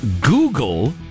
Google